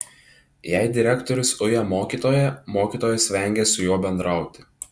jei direktorius uja mokytoją mokytojas vengia su juo bendrauti